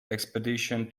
expedition